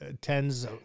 tens